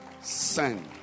Send